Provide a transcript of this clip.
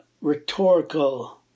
rhetorical